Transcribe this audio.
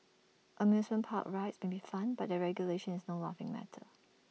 amusement park rides may be fun but their regulation is no laughing matter